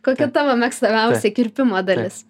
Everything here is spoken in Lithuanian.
kokia tavo mėgstamiausia kirpimo dalis